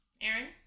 Aaron